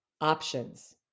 options